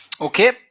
Okay